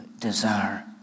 desire